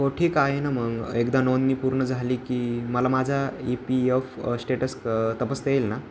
हो ठीक आहे ना मग एकदा नोंदणी पूर्ण झाली की मला माझा ई पी यफ स्टेटस तपासता येईल ना